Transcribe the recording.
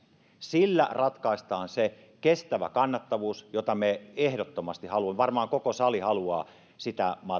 sillä ratkaistaan se kestävä kannattavuus jota me ehdottomasti haluamme varmaan koko sali haluaa sitä maataloudelle